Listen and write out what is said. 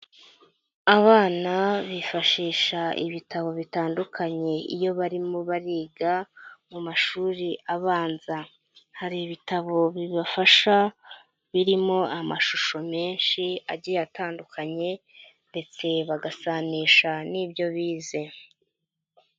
Abana bifashisha ibitabo bitandukanye iyo barimo bariga, mu mashuri abanza. Hari ibitabo bibafasha birimo amashusho menshi agiye atandukanye ndetse bagasanisha n'ibyo bize.